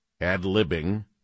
ad-libbing